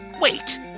Wait